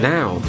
Now